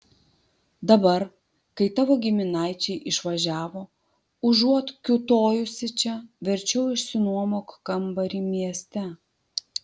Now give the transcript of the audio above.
dabar kai tavo giminaičiai išvažiavo užuot kiūtojusi čia verčiau išsinuomok kambarį mieste